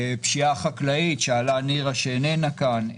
פשיעה חקלאית שהעלתה נירה שאיננה כאן,